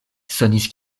sonis